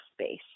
space